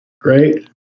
Great